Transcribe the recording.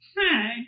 Hi